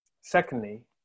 Secondly